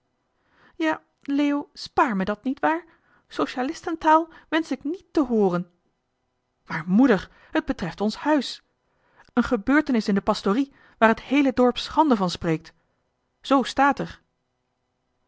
ja leo spaar me dat nietwaar socialistentaal wensch ik niet te hooren maar moeder het betreft ons huis een gebeurtenis in de pastorie waar het heele dorp schande van spreekt zoo staat er